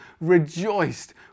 rejoiced